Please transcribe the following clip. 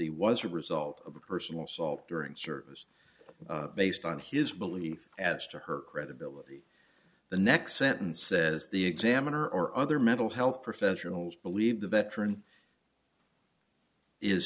d was a result of a personal assault during service based on his belief as to her credibility the next sentence says the examiner or other mental health professionals believe the veteran is